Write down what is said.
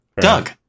Doug